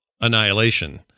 annihilation